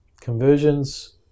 Conversions